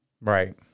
Right